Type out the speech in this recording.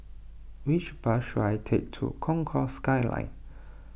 which bus should I take to Concourse Skyline